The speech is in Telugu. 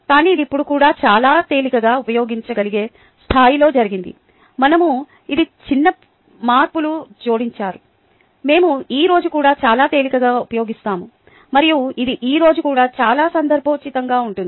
కానీ అది ఇప్పుడు కూడా చాలా తేలికగా ఉపయోగిoచ గలిగే స్థాయిలో జరిగింది మనం ఇది చిన్న మార్పులు జోడించారు మేము ఈ రోజు కూడా చాలా తేలికగా ఉపయోగిస్తాము మరియు ఇది ఈ రోజు కూడా చాలా సందర్భోచితంగా ఉంటుంది